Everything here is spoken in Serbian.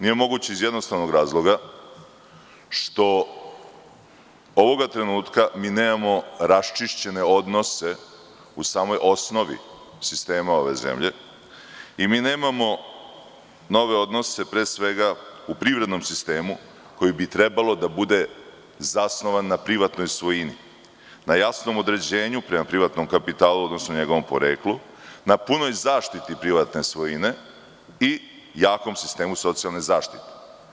Nije moguće iz jednostavnog razloga što ovog trenutka mi nemamo raščišćene odnose u samoj osnovi ove zemlje i nemamo nove odnose pre svega u privrednom sistemu, koji bi trebalo da bude zasnovan na privatnoj svojini, na jasnom određenju prema privatnom kapitalu, odnosno njegovom poreklu, na punoj zaštiti privatne svojine i jakom sistemu socijalne zaštite.